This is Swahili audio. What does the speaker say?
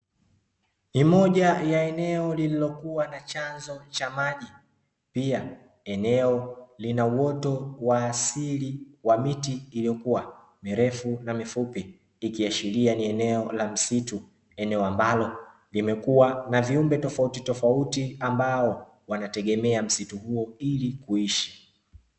Ni moja ya eneo lililokuwa na chanzo cha maji, pia eneo lina uoto wa asili wa miti iliyokuwa mirefu na mifupi ikiashiria ni eneo la msitu. Eneo ambalo limekuwa na viumbe tofautitofauti ambao wanategemea msitu huo ili kuishi.